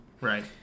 Right